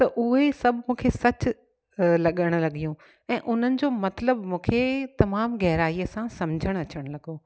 त उहे सभु मूंखे सचु लॻण लॻियूं ऐं उन्हनि जो मतिलबु मूंखे तमामु गहिराईअ सां सम्झण अचणु लॻो